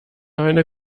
eine